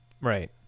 Right